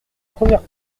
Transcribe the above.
première